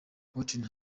whitney